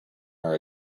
our